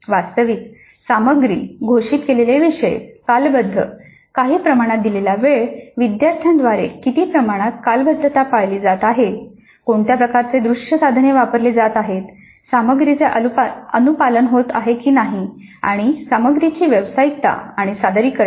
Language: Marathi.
वास्तविक सामग्री घोषित केलेले विषय कालबद्ध ता काही प्रमाणात दिलेला वेळ विद्यार्थ्याद्वारे किती प्रमाणात कालबद्धता पाळली जात आहे कोणत्या प्रकारचे दृश्य साधने वापरले जात आहेत सामग्रीचे अनुपालन होत आहे की नाही आणि सामग्रीची व्यावसायिकता आणि सादरीकरण